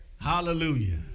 Hallelujah